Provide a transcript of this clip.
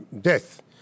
death